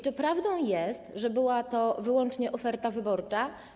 Czy prawdą jest, że była to wyłącznie oferta wyborcza?